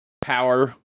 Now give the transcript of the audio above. power